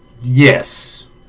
Yes